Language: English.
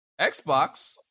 Xbox